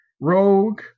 rogue